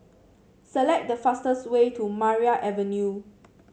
select the fastest way to Maria Avenue